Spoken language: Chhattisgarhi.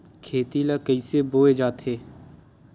खेती ला कइसे बोय जाथे?